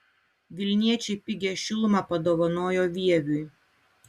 vilniečiai pigią šilumą padovanojo vieviui